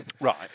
Right